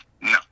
no